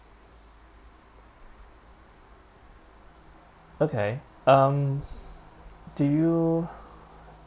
okay um do you